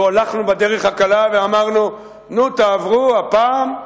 לו הלכנו בדרך הקלה ואמרנו: נו, תעברו הפעם,